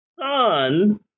son